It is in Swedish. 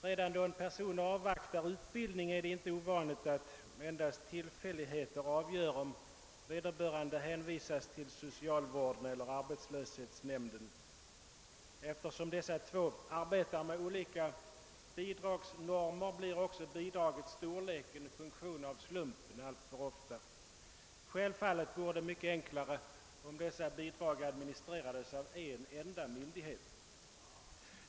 Redan då en person avvaktar utbildning är det inte ovanligt att endast tillfälligheter avgör, om vederbörande hänvisas till socialvården eller arbetslöshetsnämnden. Eftersom dessa båda arbetar med olika bidragsnormer, blir också bidragets storlek alltför ofta en funktion av slumpen. Självfallet vore det mycket enklare om dessa bidrag administrerades av en enda myndighet.